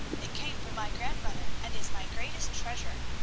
it came from my grandmother and is my greatest treasure.